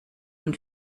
von